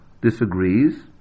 disagrees